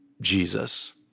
Jesus